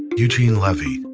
eugene levy,